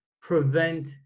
prevent